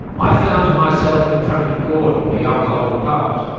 i found myself in front of gordon, the alcoholic poet,